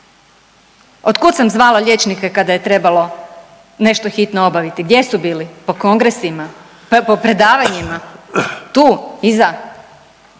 Od kuda sam zvala liječnike kada je trebalo nešto hitno obaviti? Gdje su bili? Po kongresima? Po predavanjima? Tu iza